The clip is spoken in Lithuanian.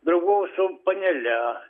draugavau su panele